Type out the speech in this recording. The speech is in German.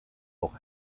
auch